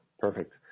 Perfect